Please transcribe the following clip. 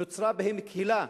נוצרה בהם קהילה,